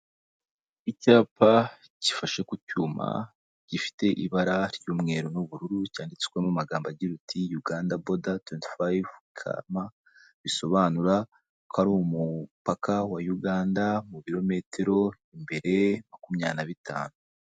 Icyapa gifashe ku cyuma gifite ibara ry'umweru n'ubururu cyanditswemo mumagambo agira uti uganda boda twenty five karama bisobanura ko ari umupaka wa uganda mu birometero imbere makumyabiri na bitanu.